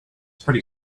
pretty